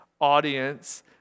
audience